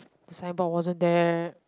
the signboard wasn't there